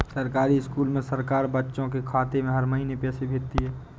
सरकारी स्कूल में सरकार बच्चों के खाते में हर महीने पैसे भेजती है